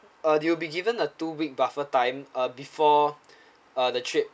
uh you'll be given uh two week buffer time uh before uh the trip